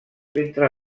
entre